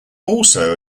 also